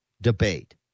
debate